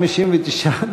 59,